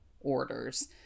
orders